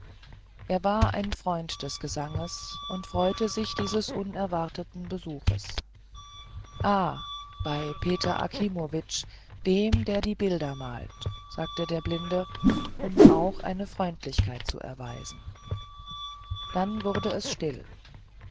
er war ein freund des gesanges und freute sich dieses unerwarteten besuches ah bei peter akimowitsch dem der die bilder malt sagte der blinde um auch eine freundlichkeit zu erweisen dann wurde es still